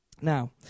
Now